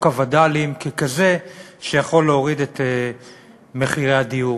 הווד"לים ככזה שיכול להוריד את מחירי הדיור,